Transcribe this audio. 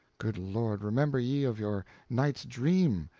good lord, remember ye of your night's dream,